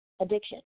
addiction